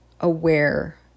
aware